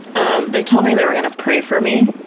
um they told me they were going to pray for me.